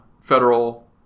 federal